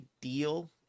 deal